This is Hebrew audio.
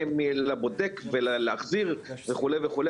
מלבודק ולהחזיר וכו' וכו',